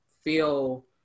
feel